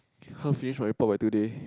how finish my report by today